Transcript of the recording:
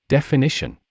Definition